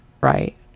right